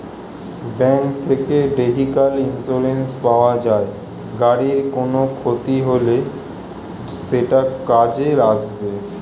bank থেকে vehicle insurance পাওয়া যায়, গাড়ির কোনো ক্ষতি হলে সেটা কাজে আসবে